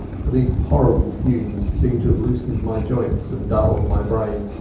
for those horrible fumes seemed to have loosened my joints and dulled my brain.